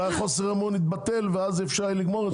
אולי חוסר האמון יתבטל ואז יהיה אפשר לגמור את זה.